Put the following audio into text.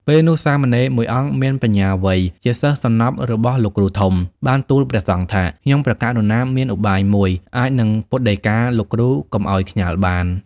ពេលនោះ សាមណេរមួយអង្គមានបញ្ញាវៃ ជាសិស្សសំណប់របស់លោកគ្រូធំ បានទូលព្រះសង្ឃថា "ខ្ញុំព្រះករុណាមានឧបាយមួយ អាចនឹងពុទ្ធដីកាលោកគ្រូកុំឲ្យខ្ញាល់បាន"។